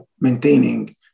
maintaining